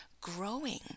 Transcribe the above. growing